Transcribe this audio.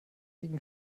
gegen